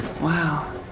Wow